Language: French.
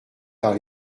par